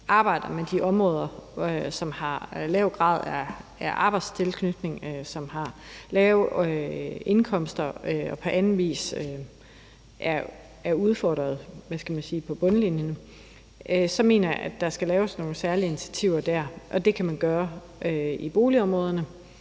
arbejder med de områder, hvor der er en lav grad af arbejdstilknytning, hvor nogen har lave indkomster, og – hvad skal man sige – på anden vis er udfordrede på bundlinjen. Så jeg mener, at der der skal laves nogle særlige initiativer, og det kan man gøre i boligområderne.